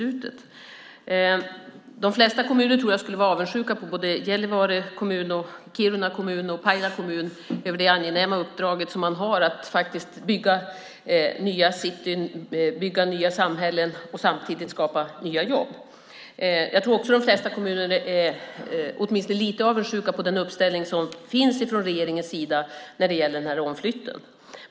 Jag tror att de flesta kommuner kan vara avundsjuka på såväl Gällivare och Kiruna som Pajala kommun över det angenäma uppdrag de har att bygga nya cityn, nya samhällen, och samtidigt skapa nya jobb. Jag tror också att de flesta kommuner är åtminstone lite avundsjuka på den uppställning som finns från regeringens sida när det gäller flytten.